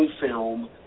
film